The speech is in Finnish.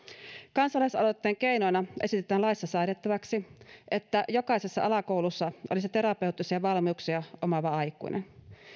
kansalaisaloitteen keinoina esitetään laissa säädettäväksi että jokaisessa alakoulussa olisi terapeuttisia valmiuksia omaava aikuinen